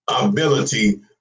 ability